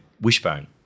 wishbone